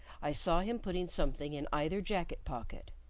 i saw him putting something in either jacket pocket.